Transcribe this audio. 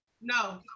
No